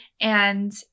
And-